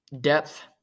depth